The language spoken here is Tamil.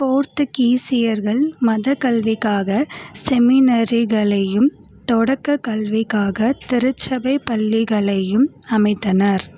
போர்த்துகீசியர்கள் மதக் கல்விக்காக செமினரிகளையும் தொடக்கக் கல்விக்காக திருச்சபைப் பள்ளிகளையும் அமைத்தனர்